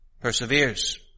perseveres